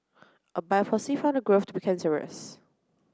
a biopsy found the growth to be cancerous